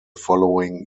following